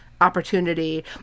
opportunity